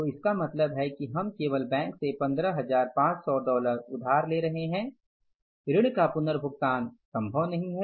तो इसका मतलब है कि हम केवल बैंक से 15500 डॉलर उधार ले रहे है ऋण का पुनर्भुगतान संभव नहीं है